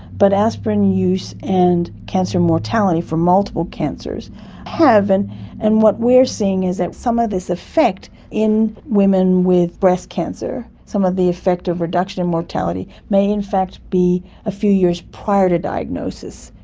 but aspirin use and cancer mortality for multiple cancers have, and and what we are seeing is that some of this effect in women with breast cancer, some of the effect of reduction in mortality may in fact be a few years prior to diagnosis.